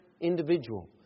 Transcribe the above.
individual